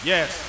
Yes